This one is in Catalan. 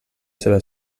seva